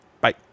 bye